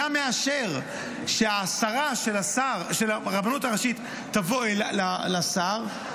מאשר שהעשרה של הרבנות הראשית תבוא אל השר,